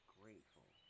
grateful